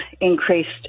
increased